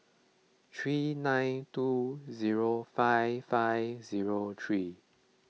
three nine two zero five five zero three